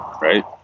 right